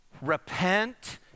repent